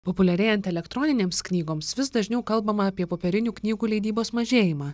populiarėjant elektroninėms knygoms vis dažniau kalbama apie popierinių knygų leidybos mažėjimą